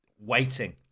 waiting